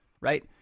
right